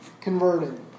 converted